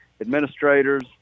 administrators